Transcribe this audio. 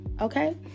Okay